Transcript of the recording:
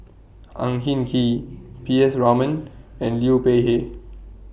Ang Hin Kee P S Raman and Liu Peihe